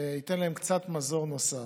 וייתן להם קצת מזור נוסף.